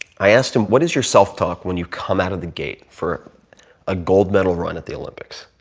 i asked him, what is your self talk when you come out of the gate for a gold medal run at the olympics?